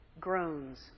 groans